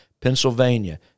Pennsylvania